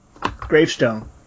gravestone